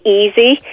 easy